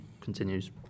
continues